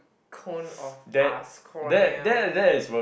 cone of ice cream